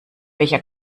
welcher